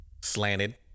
Slanted